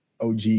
og